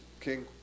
King